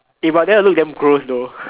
eh but that will look damn gross though